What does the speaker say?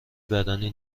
بدنی